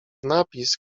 napis